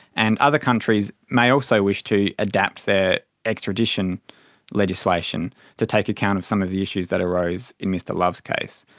and other countries may also wish to adapt their extradition legislation to take account of some of the issues that arose in mr love's case.